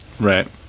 Right